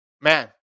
man